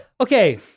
okay